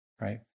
Right